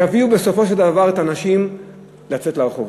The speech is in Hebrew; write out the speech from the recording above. זה יביא בסופו של דבר את האנשים לצאת לרחובות.